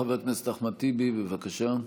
חבר הכנסת אחמד טיבי, בבקשה.